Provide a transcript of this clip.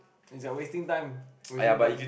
is that wasting time wasting time